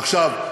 עכשיו,